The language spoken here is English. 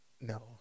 No